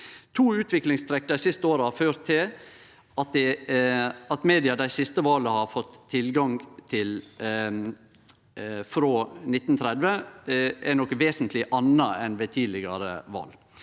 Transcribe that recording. To utviklingstrekk dei siste åra har ført til at det media dei siste vala har fått tilgang til frå kl. 19.30, er noko vesentleg anna enn ved tidlegare val.